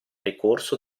ricorso